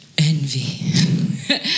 envy